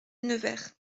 nevers